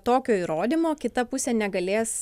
tokio įrodymo kita pusė negalės